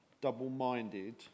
double-minded